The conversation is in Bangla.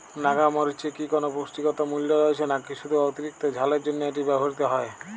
নাগা মরিচে কি কোনো পুষ্টিগত মূল্য রয়েছে নাকি শুধু অতিরিক্ত ঝালের জন্য এটি ব্যবহৃত হয়?